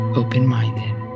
open-minded